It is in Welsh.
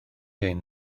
ein